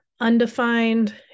Undefined